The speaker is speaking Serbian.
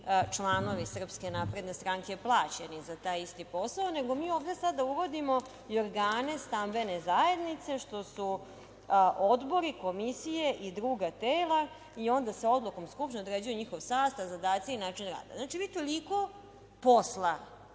članovi SNS plaćeni za taj isti posao, nego mi ovde sada uvodimo i organe stambene zajednice, što su odbori, komisije i druga tela i onda se odlukom skupštine određuje njihov sastav, zadaci i način rada. Znači, vi toliko posla